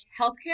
healthcare